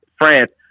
France